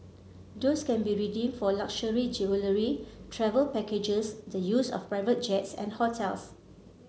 those can be redeemed for luxury jewellery travel packages the use of private jets and hotels